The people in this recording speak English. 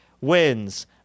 wins